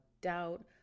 doubt